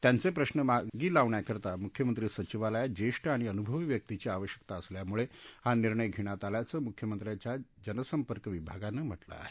त्यांचे प्रश्न मार्गी लावण्याकरता मुख्यमंत्री सचिवालयात ज्येष्ठ आणि अनुभवी व्यक्तीची आवश्यकता असल्यामुळे हा निर्णय घेण्यात आल्याचं मुख्यमंत्र्यांच्या जनसंपर्क विभागानं म्हटलं आहे